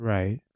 Right